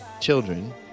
children